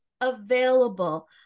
available